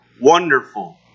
Wonderful